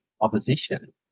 opposition